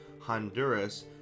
Honduras